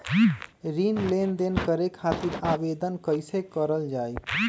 ऋण लेनदेन करे खातीर आवेदन कइसे करल जाई?